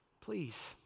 please